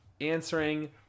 answering